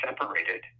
separated